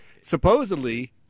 Supposedly